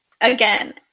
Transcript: again